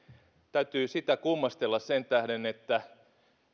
täytyy sitä kummastella sen tähden että